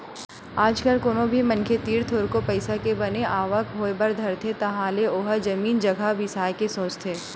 आज कल कोनो भी मनखे तीर थोरको पइसा के बने आवक होय बर धरथे तहाले ओहा जमीन जघा बिसाय के सोचथे